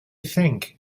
think